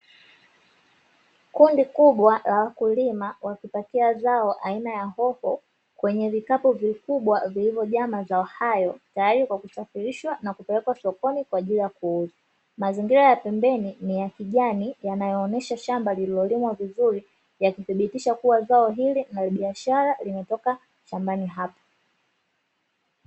Kundi kubwa la wakulima wakipakia zao aina ya hoho kwenye vitabu vikubwa vilivyojaa mazao hayo tayari kwa kusafirishwa na kupelekwa sokoni kwa ajili ya kuuza, mazingira ya pembeni ni ya kijani yanayoonyesha shamba lililolimwa vizuri yakidhibitisha kuwa zao hili na biashara limetoka thamani hapo.